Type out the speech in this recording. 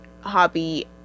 hobby